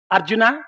Arjuna